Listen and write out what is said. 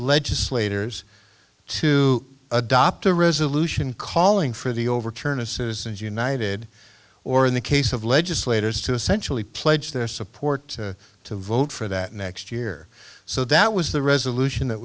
legislators to adopt a resolution calling for the overturn of citizens united or in the case of legislators to essentially pledge their support to vote for that next year so that was the resolution that